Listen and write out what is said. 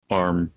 arm